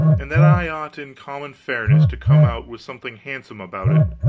and that i ought in common fairness to come out with something handsome about it,